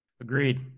Agreed